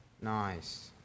Nice